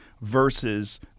versus